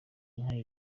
inka